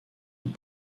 mais